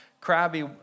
crabby